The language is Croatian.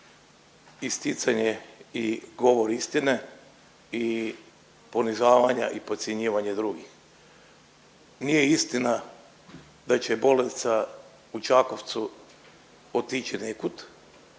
Isticanje i govor istine i ponižavanja i podcjenjivanje drugih. Nije istina da će bolnica u Čakovcu otići nekud